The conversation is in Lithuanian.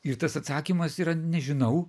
ir tas atsakymas yra nežinau